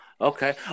Okay